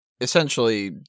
Essentially